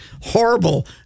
horrible